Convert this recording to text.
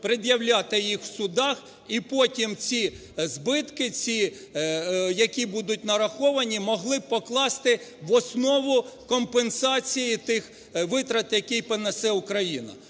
пред'являти їх в судах. І потім ці збитки, ці які будуть нараховані могли б покласти в основу компенсації тих витрат, які понесе Україна.